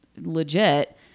legit